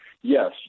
yes